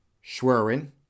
Schwerin